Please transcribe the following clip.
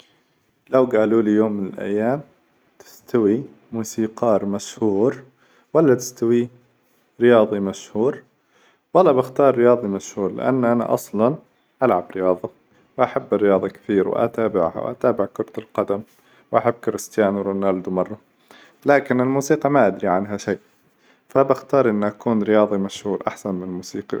لو قالوا لي يوم من الأيام تستوي موسيقار مشهور ولا تستوي رياظي مشهور؟ والله باختار رياظي مشهور، لأن أنا أصلاً ألعب رياظة، وأحب الرياظة كثير، وأتابعها وأتابع كرة القدم وأحب كريستيانورونالدو مرة، لكن الموسيقى ما أدري عنها شي، فأختار إني أكون رياظي مشهور أحسن من موسيقي.